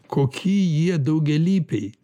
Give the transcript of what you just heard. koki jie daugialypiai